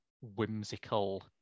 whimsical